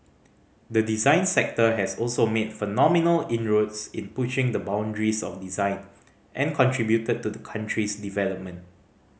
the design sector has also made phenomenal inroads in pushing the boundaries of design and contributed to the country's development